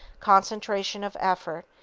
concentration of effort,